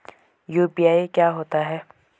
UPI क्या होता है?